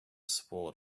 sword